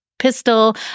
Pistol